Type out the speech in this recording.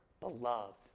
beloved